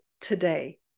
today